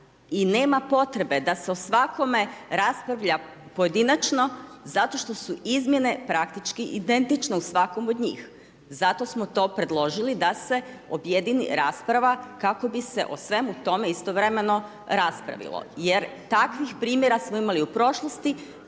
i nema potrebe da se o svakome raspravlja pojedinačno zato što su izmjene praktički identične u svakom od njih. Zato smo to predložili da se objedini rasprava kako bi se o svemu tome istovremeno raspravilo, jer takvih primjera smo imali u prošlosti